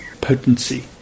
potency